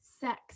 sex